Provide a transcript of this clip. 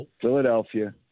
Philadelphia